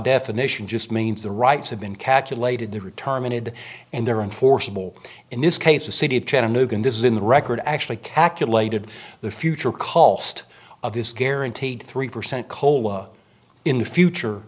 definition just means the rights have been calculated their retirement id and their enforceable in this case the city of chattanooga this is in the record actually calculated the future cost of this guaranteed three percent cola in the future